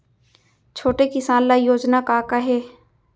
छोटे किसान ल योजना का का हे?